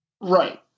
Right